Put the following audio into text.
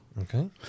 Okay